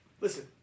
Listen